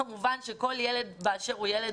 כמובן שכל ילד באשר הוא ילד,